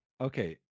Okay